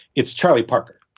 it's charlie parker